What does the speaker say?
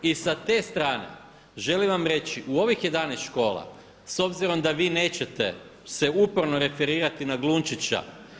I sa te strane želim vam reći u ovih 11 škola s obzirom da vi nećete se uporno referirati na Glunčića.